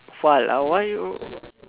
what ah why you